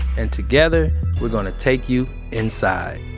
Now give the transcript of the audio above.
and together we're going to take you inside